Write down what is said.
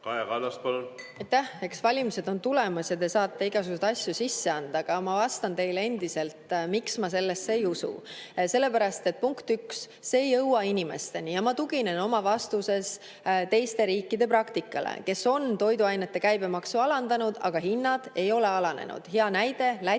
Kaja Kallas, palun! Aitäh! Eks valimised on tulemas ja te saate igasuguseid asju sisse anda. Aga ma vastan teile endiselt, miks ma sellesse ei usu. Sellepärast et, punkt üks, see ei jõua inimesteni. Ja ma tuginen oma vastuses teiste riikide praktikale, kes on toiduainete käibemaksu alandanud, aga hinnad ei ole alanenud. Hea näide: Läti